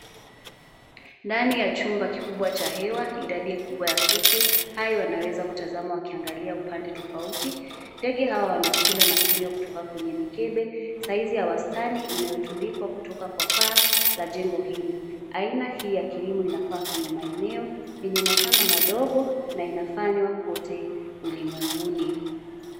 Ndani ya chumba kikubwa cha hewa idadi kubwa ya kuku. Hayo yanaweza kutazamwa wakiangalia upande tofauti. Ndege hawa wanakula na kunywa kutoka kwenye mikebe saizi ya wastani inayotundikwa kutoka kwa paa la jengo hili. Aina hii ya kilimo inafaa kwenye maeneo yenye mashamba madogo na inafanywa kote ulimwenguni.